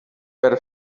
per